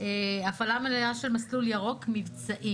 המילה מבצעי